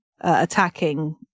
attacking